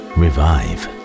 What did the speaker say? revive